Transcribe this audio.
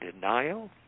denial